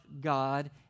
God